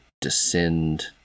descend